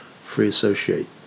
free-associate